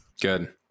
Good